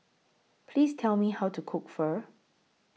Please Tell Me How to Cook Pho